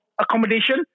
accommodation